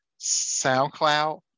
SoundCloud